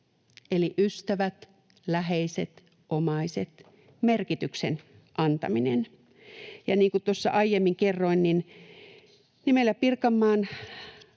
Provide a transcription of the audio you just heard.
eli ystävät, läheiset, omaiset — merkityksen antaminen. Ja niin kuin tuossa aiemmin kerroin, niin meillä Pirkanmaan